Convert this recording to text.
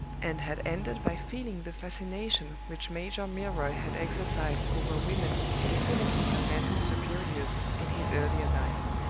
and had ended by feeling the fascination which major milroy had exercised over women infinitely her mental superiors in his earlier life.